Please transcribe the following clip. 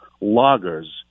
loggers